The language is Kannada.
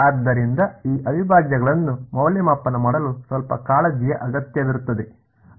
ಆದ್ದರಿಂದ ಈ ಅವಿಭಾಜ್ಯಗಳನ್ನು ಮೌಲ್ಯಮಾಪನ ಮಾಡಲು ಸ್ವಲ್ಪ ಕಾಳಜಿಯ ಅಗತ್ಯವಿರುತ್ತದೆ